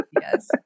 Yes